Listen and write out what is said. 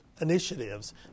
initiatives